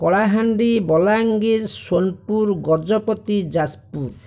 Kalahandi Balangir Sonepur Gajapati Jajpur